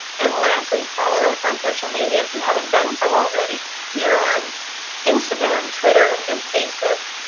and lastly, follow us on social media if you haven't done so already. we're on instagram, twitter, and facebook.